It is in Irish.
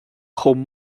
chomh